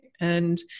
and-